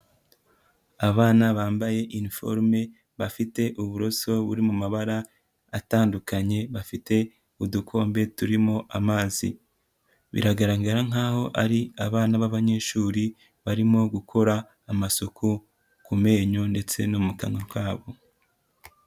Abana bambaye iniforume, bafite uburoso buri mu mabara atandukanye, bafite udukombe turimo amazi, biragaragara nkaho ari abana b'abanyeshuri barimo gukora amasuku ku menyo ndetse no mu kanwa kabo.